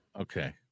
Okay